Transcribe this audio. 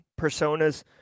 personas